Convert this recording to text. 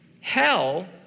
Hell